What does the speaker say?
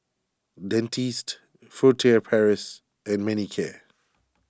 Dentiste Furtere Paris and Manicare